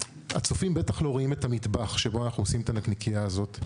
והצופים בטח לא רואים את המטבח שבו אנחנו עושים את הנקניקייה הזאת.